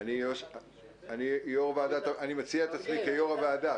אני מציע את עצמי כיושב-ראש הוועדה,